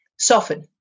Soften